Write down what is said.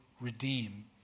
redeem